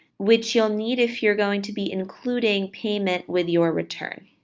which you'll need if you're going to be including payment with your return.